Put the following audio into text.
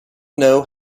know